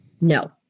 No